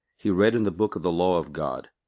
he read in the book of the law of god.